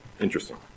Interesting